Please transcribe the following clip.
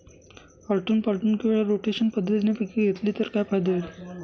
आलटून पालटून किंवा रोटेशन पद्धतीने पिके घेतली तर काय फायदा होईल?